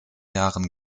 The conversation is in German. jahren